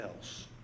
else